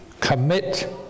Commit